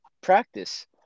practice